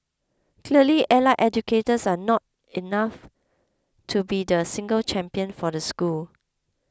clearly allied educators are not enough to be the single champion for the school